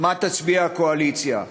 מה תצביע הקואליציה.